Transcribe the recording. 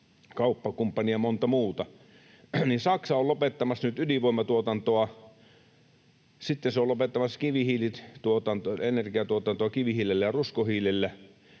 kauppakumppani ja montaa muuta. Saksa on lopettamassa nyt ydinvoimatuotantoa. Sitten se on lopettamassa energiatuotantoa kivihiilellä ja ruskohiilellä,